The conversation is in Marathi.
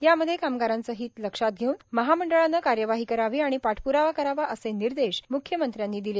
यामध्ये कामगारांचे हित लक्षात घेऊन महामंडळाने कार्यवाही करावी आणि पाठप्रावा करावा असे निर्देश म्ख्यमंत्री यांनी दिले